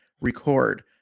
record